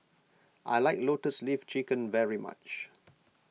I like Lotus Leaf Chicken very much